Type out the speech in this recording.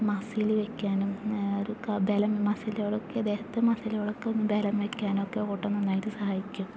muscle വെക്കാനും ഒരു ബലം മസിലുകളൊക്കെ ദേഹത്തു മസിലുകളൊക്കെ ബലം വെക്കാനൊക്കെ ഓട്ടം നന്നായിട്ട് സഹായിക്കും